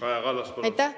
Kaja